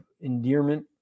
endearment